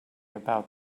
about